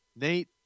Nate